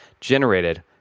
generated